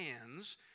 hands